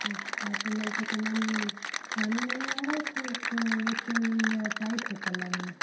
अच्छा तो नल का समान पानी नहीं आ रहा है कि वो चल टाइट है चलाने में